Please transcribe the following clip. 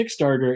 Kickstarter